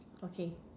okay